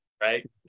right